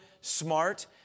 smart